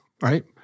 right